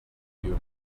you